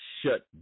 shut